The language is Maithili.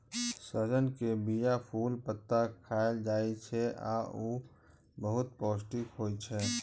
सहजन के बीया, फूल, पत्ता खाएल जाइ छै आ ऊ बहुत पौष्टिक होइ छै